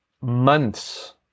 months